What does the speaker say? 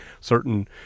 certain